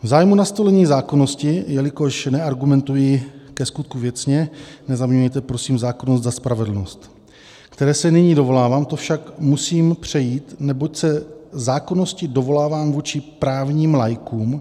V zájmu nastolení zákonnosti, jelikož neargumentuji ke skutku věcně, nezaměňujte prosím zákonnost za spravedlnost, které se nyní dovolávám, to však musím přejít, neboť se zákonnosti dovolávám vůči právním laikům.